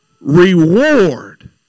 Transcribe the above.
reward